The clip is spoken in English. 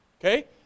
okay